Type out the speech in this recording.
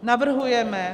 Navrhujeme